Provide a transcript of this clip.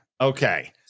Okay